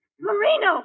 Marino